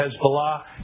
Hezbollah